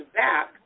back